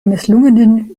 misslungenen